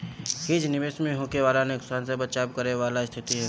hedge निवेश में होखे वाला नुकसान से बचाव करे वाला स्थिति हवे